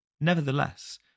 Nevertheless